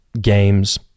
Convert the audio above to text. games